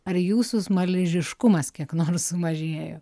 ar jūsų smaližiškumas kiek nors sumažėjo